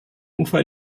ufer